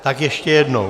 Tak ještě jednou.